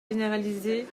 généralisé